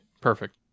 Perfect